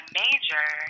major